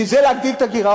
בשביל זה להגדיל את הגירעון?